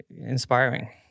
inspiring